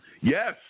Yes